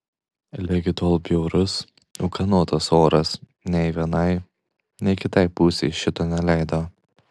ligi tol bjaurus ūkanotas oras nei vienai nei kitai pusei šito neleido